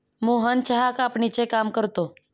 मोहन चहा कापणीचे काम करतो